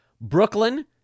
Brooklyn